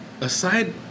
aside